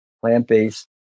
plant-based